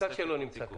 המנכ"ל שלו נמצא כאן.